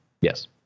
Yes